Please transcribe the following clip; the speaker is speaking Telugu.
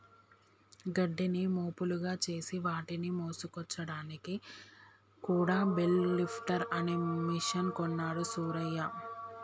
గడ్డిని మోపులుగా చేసి వాటిని మోసుకొచ్చాడానికి కూడా బెల్ లిఫ్టర్ అనే మెషిన్ కొన్నాడు సూరయ్య